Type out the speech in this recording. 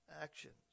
actions